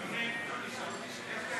אדוני, יש לי הצעה